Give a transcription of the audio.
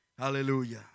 Hallelujah